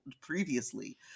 previously